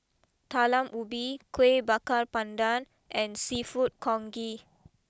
Talam Ubi Kuih Bakar Pandan and Seafood Congee